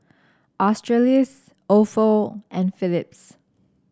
Australis Ofo and Phillips